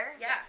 Yes